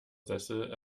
sessel